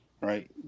right